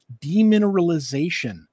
demineralization